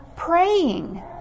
praying